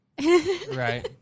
right